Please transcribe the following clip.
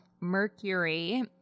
mercury